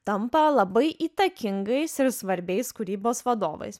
tampa labai įtakingais ir svarbiais kūrybos vadovais